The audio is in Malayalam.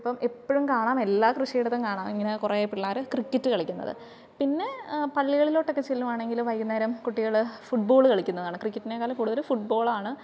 അപ്പം എപ്പഴും കാണാം എല്ലാ കൃഷിയിടത്തും കാണാം ഇങ്ങനെ കുറേ പിള്ളേർ ക്രിക്കറ്റ് കളിക്കുന്നത് പിന്നെ പള്ളികളിലോട്ടൊക്കെ ചെല്ലുകയാണെങ്കിൽ വൈകുന്നേരം കുട്ടികൾ ഫുട്ബോൾ കളിക്കുന്നത് കാണാം ക്രിക്കറ്റിനേക്കാളും കൂടുതൽ ഫുട്ബോൾ ആണ്